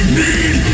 need